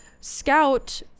Scout